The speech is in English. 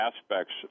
aspects